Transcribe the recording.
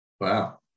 Wow